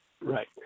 Right